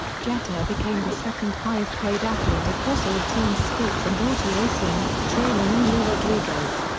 jeter became the second-highest-paid athlete across all team sports and auto racing, trailing only rodriguez.